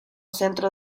centro